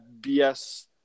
BS